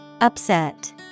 Upset